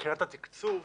מבחינת התקצוב